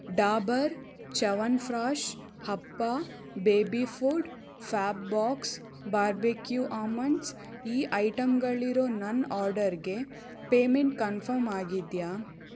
ಡಾಬರ್ ಚ್ಯವನ್ಪ್ರಾಶ್ ಹಪ್ಪ baby food ಫ್ಯಾಬ್ಬಾಕ್ಸ್ barbecue almonds ಈ ಐಟಂಗಳಿರೋ ನನ್ನ ಆರ್ಡರ್ಗೆ ಪೇಮೆಂಟ್ ಕನ್ಫರ್ಮ್ ಆಗಿದೆಯಾ